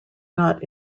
not